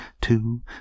two